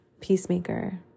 peacemaker